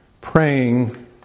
praying